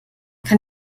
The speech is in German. kann